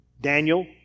Daniel